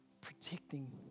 Protecting